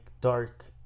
dark